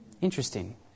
Interesting